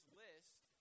list